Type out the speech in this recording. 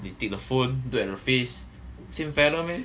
they take the phone look at the face same fella meh